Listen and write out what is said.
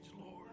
Lord